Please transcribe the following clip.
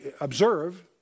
observe